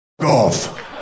Golf